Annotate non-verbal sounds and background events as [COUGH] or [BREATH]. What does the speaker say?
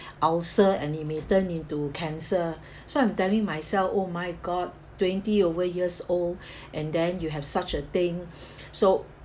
ulcer and it may turn into cancer [BREATH] so I'm telling myself oh my god twenty over years old [BREATH] and then you have such a thing [BREATH] so